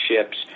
ships